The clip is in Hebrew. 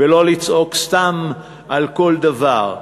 ולא לצעוק סתם על כל דבר,